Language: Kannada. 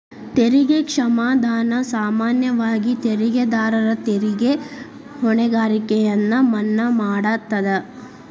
ತೆರಿಗೆ ಕ್ಷಮಾದಾನ ಸಾಮಾನ್ಯವಾಗಿ ತೆರಿಗೆದಾರರ ತೆರಿಗೆ ಹೊಣೆಗಾರಿಕೆಯನ್ನ ಮನ್ನಾ ಮಾಡತದ